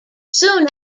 soon